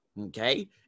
okay